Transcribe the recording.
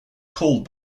called